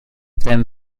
them